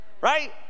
right